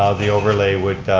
ah the overlay would